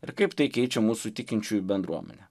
ir kaip tai keičia mūsų tikinčiųjų bendruomenę